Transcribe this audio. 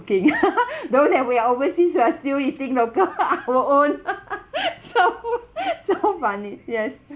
though that we are overseas we are still eating local our own so so funny yes